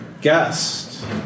Guest